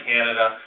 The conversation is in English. Canada